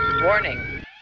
Warning